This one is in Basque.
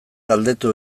galdetu